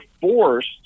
forced